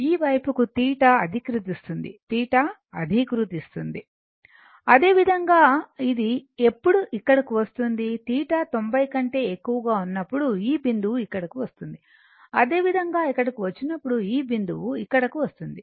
ఈ వైపు θ అధీకృతిస్తుంది θ అధీకృతిస్తుంది అదేవిధంగా ఇది ఎప్పుడు ఇక్కడకు వస్తుంది θ 90 కంటే ఎక్కువగా ఉన్నప్పుడు ఈ బిందువు ఇక్కడకు వస్తుంది అదేవిధంగా ఇక్కడకు వచ్చినప్పుడు ఈ బిందువు ఇక్కడకు వస్తుంది